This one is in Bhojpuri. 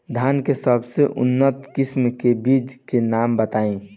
धान के सबसे उन्नत किस्म के बिज के नाम बताई?